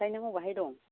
ओमफ्राय नों बबेहाय दं